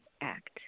act